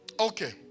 okay